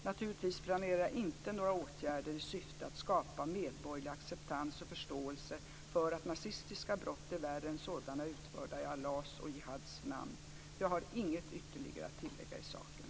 Naturligtvis planerar jag inte några åtgärder "i syfte att skapa medborgerlig acceptans och förståelse för att nazistiska brott är värre än sådana utförda i Allahs och Jihads namn." Jag har inget ytterligare att tillägga i saken.